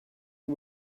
you